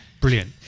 brilliant